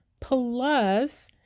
plus